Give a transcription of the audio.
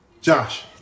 Josh